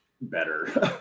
better